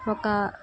ఒక